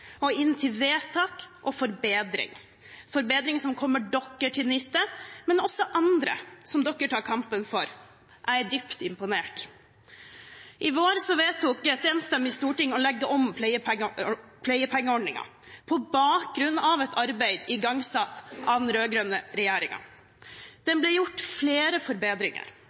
og inn til vedtak og forbedring – forbedring som kommer dem til nytte, men også andre, som de tar kampen for. Jeg er dypt imponert. I vår vedtok et enstemmig storting å legge om pleiepengeordningen, på bakgrunn av et arbeid igangsatt av den rød-grønne regjeringen. Det ble gjort flere forbedringer.